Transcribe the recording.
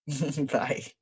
Bye